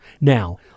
Now